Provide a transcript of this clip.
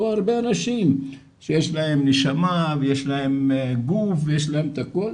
הוא הרבה אנשים שיש להם נשמה ויש להם גוף ויש להם את הכול,